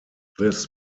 this